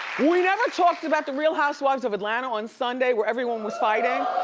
we never talked about the real housewives of atlanta on sunday where everyone was fighting.